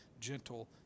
gentle